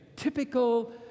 Typical